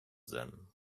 them